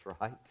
right